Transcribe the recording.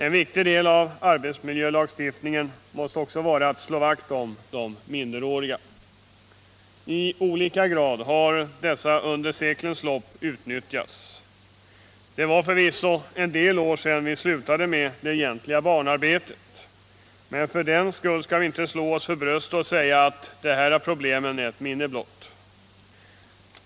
En viktig del av arbetsmiljölagstiftningen måste också vara att slå vakt om de minderåriga. I olika grad har dessa under seklernas lopp utnyttjats. Det var förvisso en del år sedan vi slutade med det egentliga barnarbetet. Men för den skull kan vi inte slå oss för bröstet och säga att i Sverige är dessa problem ett minne blott.